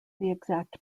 exact